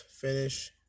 finish